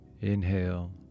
Inhale